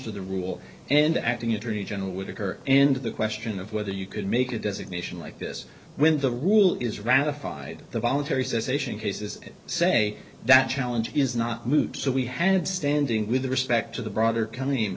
to the rule and the acting attorney general would occur in to the question of whether you could make a designation like this when the rule is ratified the voluntary cessation cases say that challenge is not moot so we had standing with respect to the broader co